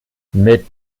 mit